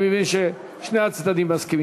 אני מבין ששני הצדדים מסכימים.